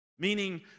meaning